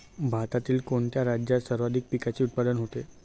भारतातील कोणत्या राज्यात सर्वाधिक पिकाचे उत्पादन होते?